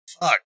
Fuck